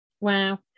Wow